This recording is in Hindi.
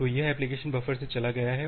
तो यह एप्लीकेशन बफर से चला गया है